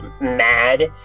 mad